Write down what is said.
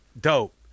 dope